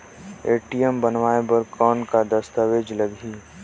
ATM बनवाय बर कौन का दस्तावेज लगही?